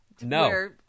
No